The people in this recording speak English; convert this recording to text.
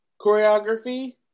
choreography